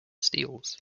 steals